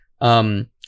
Um-